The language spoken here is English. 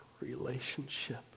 relationship